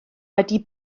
wedi